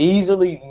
Easily